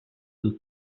those